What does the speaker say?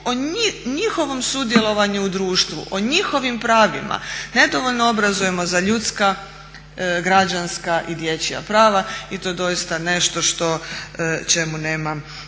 o njihovom sudjelovanju u društvu, o njihovim pravima, nedovoljno obrazujemo za ljudska, građanska i dječja prava. I to je doista nešto što čemu nema